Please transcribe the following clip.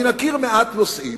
אני מכיר מעט נושאים,